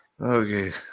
Okay